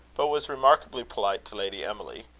but was remarkably polite to lady emily.